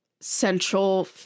central